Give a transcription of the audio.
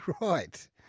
right